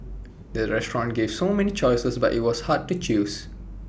the restaurant gave so many choices but IT was hard to choose